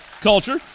culture